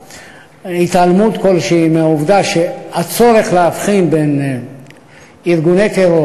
התעלמות כלשהי מהעובדה שהצורך להבחין בין ארגוני טרור